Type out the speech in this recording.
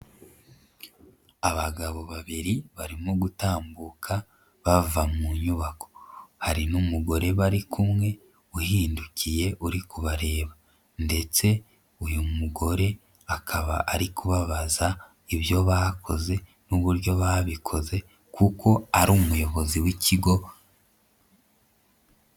Abagabo babiri barimo gutambuka bava mu nyubako, hari n'umugore bari kumwe uhindukiye uri kubareba ndetse uyu mugore akaba ari kubabaza ibyo bakoze n'uburyo babikoze kuko ari umuyobozi w'ikigo.